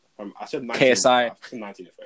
KSI